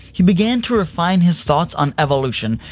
he began to refine his thoughts on evolution,